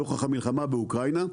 נוכח המלחמה באוקראינה,